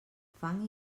fang